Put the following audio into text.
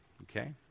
Okay